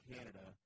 Canada